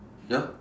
ya